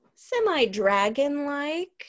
semi-dragon-like